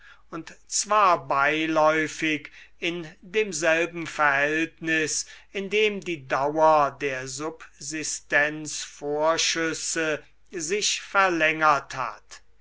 und zwar beiläufig in demselben verhältnis in dem die dauer der subsistenzvorschüsse sich verlängert hat